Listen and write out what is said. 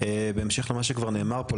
בהמשך למה שכבר נאמר פה,